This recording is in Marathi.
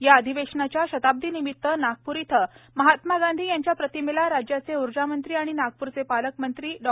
या अधिवेशनाच्या शताब्दीनिमित्त नागपूर येथे महात्मा गांधी यांच्या प्रतिमेला राज्याचे उर्जामंत्री आणि नागपूरचे पालकमंत्री डॉ